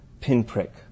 pinprick